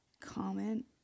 comment